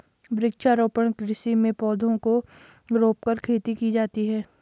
वृक्षारोपण कृषि में पौधों को रोंपकर खेती की जाती है